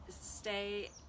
stay